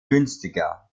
günstiger